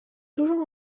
toujours